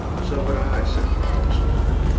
so would i, said the loud soldier.